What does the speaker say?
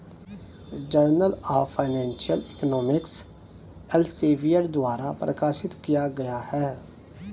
journal of financial economics Elsevier द्वारा प्रकाशित किया गया हैं